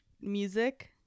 music